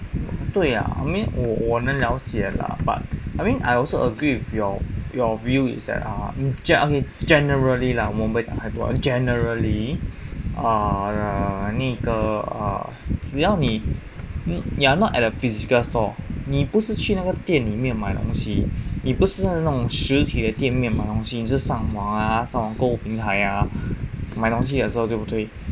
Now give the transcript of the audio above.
对啦 I mean 我我能了解 lah but I mean I also agree with your your view is that err gen~ generally lah 我们不会讲太多 generally err 那个只要你你 you are not at a physical store 你不是去那个店里面买东西你不是在那种实体的店面买东西你是上网啊上网购物平台呀买东西的时候对不对